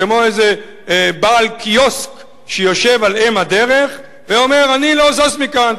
כמו איזה בעל קיוסק שיושב על אם הדרך ואומר: אני לא זז מכאן.